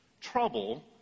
trouble